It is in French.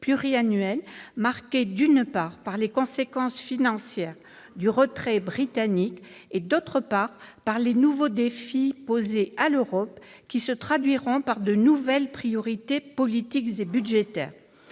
marqué, d'une part, par les conséquences financières du retrait britannique et, d'autre part, par les nouveaux défis posés à l'Europe, qui se traduiront par de nouvelles priorités politiques et budgétaires.